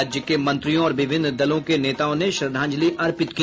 राज्य के मंत्रियों और विभिन्न दलों के नेताओं ने श्रद्धांजलि अर्पित की